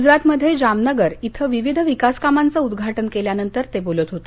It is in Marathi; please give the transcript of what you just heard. गुजरातमध्ये जामनगर इथं विविध विकासकामांचं उद्घाटन केल्यानंतर ते बोलत होते